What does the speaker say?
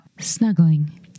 snuggling